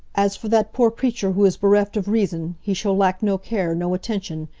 as for that poor creature who is bereft of reason, he shall lack no care, no attention.